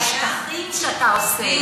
הבעיה היא, שאתה עושה.